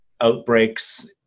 outbreaks